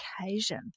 occasion